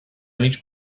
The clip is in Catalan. mig